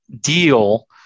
deal